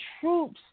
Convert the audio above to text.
troops